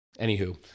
Anywho